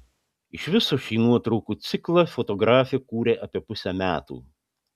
iš viso šį nuotraukų ciklą fotografė kūrė apie pusę metų